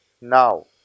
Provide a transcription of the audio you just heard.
now